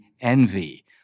envy